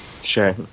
Sure